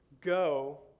go